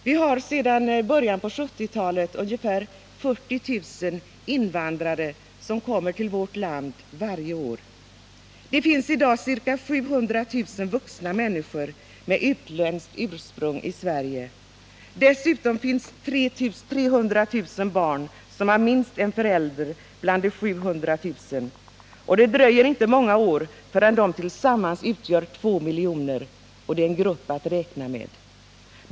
Vi har sedan början av 1970-talet ungefär 40 000 invandrare som kommer till vårt land varje år. Det finns i dag ca 700 000 vuxna människor med utländskt ursprung i Sverige. Dessutom finns 300 000 barn som har minst en förälder bland de 700 000. Och det dröjer inte många år förrän de tillsammans utgör två miljoner. Det är en grupp att räkna med.